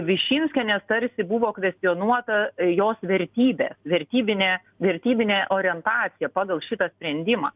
višinskienės tarsi buvo kvestionuota jos vertybės vertybinė vertybinė orientacija pagal šitą sprendimą